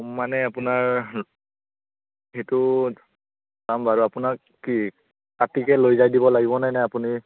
মানে আপোনাৰ সেইটো চাম বাৰু আপোনাক কি কাটিকে লৈ যায় দিব লাগিব নে আপুনি